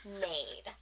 MADE